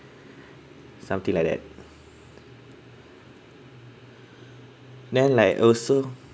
something like that then like also